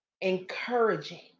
encouraging